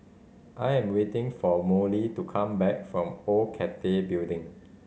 I'm waiting for Molly to come back from Old Cathay Building